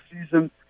season